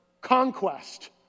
conquest